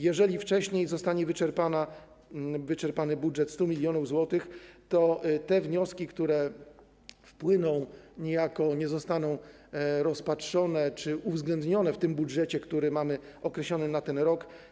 Jeżeli wcześniej zostanie wyczerpany budżet 100 mln zł, to te wnioski, które wpłyną, niejako nie zostaną rozpatrzone czy uwzględnione w budżecie, który mamy określony na ten rok.